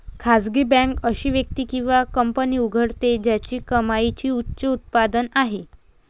खासगी बँक अशी व्यक्ती किंवा कंपनी उघडते ज्याची कमाईची उच्च उत्पन्न आहे